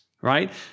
right